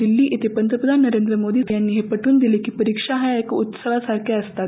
दिल्ली येथे पंतप्रधान नरेंद्र मोदी यांनी हे पटवून दिले की परीक्षा ह्या उत्सवासारख्या असतात